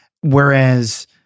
Whereas